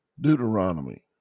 Deuteronomy